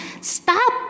Stop